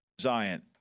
Zion